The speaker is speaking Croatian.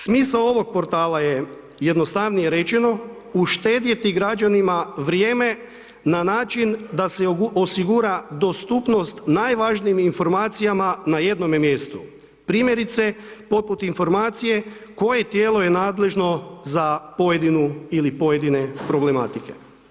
Smisao ovog portala je jednostavnije rečeno uštedjeti građanima vrijeme na način da se osigura dostupnost najvažnijim informacijama na jednome mjestu primjerice poput informacije koje tijelo je nadležno za pojedinu ili pojedine problematike.